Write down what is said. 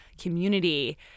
community